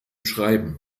schreiben